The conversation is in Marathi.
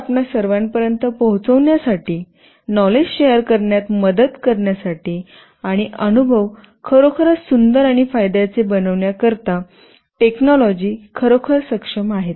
ते आपणा सर्वांपर्यंत पोहचण्यासाठी नॉलेज शेयर करण्यात मदत करण्यासाठी आणि अनुभव खरोखरच सुंदर आणि फायद्याचे बनविण्याकरिता टेक्नॉलॉजी खरोखर सक्षम आहेत